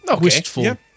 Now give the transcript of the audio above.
Wistful